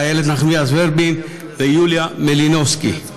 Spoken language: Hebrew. איילת נחמיאס ורבין ויוליה מלינובסקי.